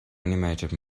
animated